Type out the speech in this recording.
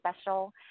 special